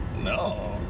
No